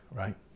right